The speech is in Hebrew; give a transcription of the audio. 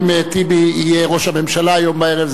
אם טיבי יהיה ראש הממשלה הערב,